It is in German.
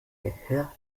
gehört